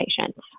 patients